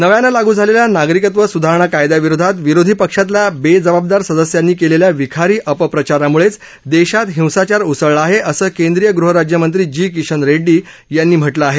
नव्यानं लागू झालेल्या नागरिकत्व सुधारणा कायदयाविरोधात विरोधी पक्षातल्या बेजबाबदार सदस्यांनी केलेल्या विखारी अपप्रचारामुळेच देशात हिंसाचार उसळला आहे असं केंद्रीय ग़हराज्यमंत्री जी किशन रेड्डी यांनी म्हटलं आहे